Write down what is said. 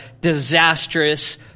disastrous